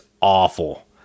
awful